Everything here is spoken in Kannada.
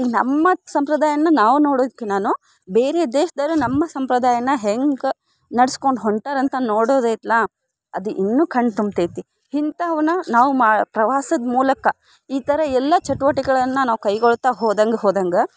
ಇಲ್ಲಿ ನಮ್ಮ ಸಂಪ್ರದಾಯವನ್ನ ನಾವು ನೋಡೋದ್ಕಿಂತಲೂ ಬೇರೆ ದೇಶ್ದವ್ರು ನಮ್ಮ ಸಂಪ್ರದಾಯವನ್ನ ಹೆಂಗೆ ನಡ್ಸ್ಕೊಂಡು ಹೊಂಟಾರ ಅಂತ ನೋಡೋದೈತ್ಲ ಅದು ಇನ್ನೂ ಕಣ್ಣು ತುಂಬ್ತೈತಿ ಇಂಥವ್ನ ನಾವು ಮಾ ಪ್ರವಾಸದ ಮೂಲಕ ಈ ಥರ ಎಲ್ಲ ಚಟುವಟಿಕೆಳನ್ನು ನಾವು ಕೈಗೊಳ್ತಾ ಹೋದಂತೆ ಹೋದಂತೆ